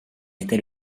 était